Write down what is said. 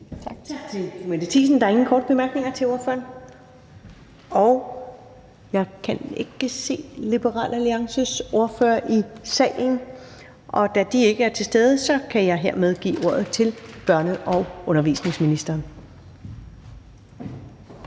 Tak til fru Mette Thiesen. Der er ingen korte bemærkninger til ordføreren. Jeg kan ikke se Liberal Alliances ordfører i salen. Da vedkommende ikke er til stede, kan jeg hermed give ordet til børne- og undervisningsministeren.